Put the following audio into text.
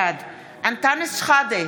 בעד אנטאנס שחאדה,